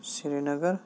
Srinagar